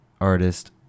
artist